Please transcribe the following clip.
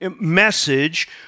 message